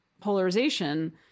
polarization